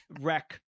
wreck